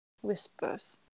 whispers